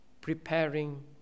preparing